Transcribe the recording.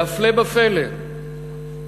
והפלא ופלא,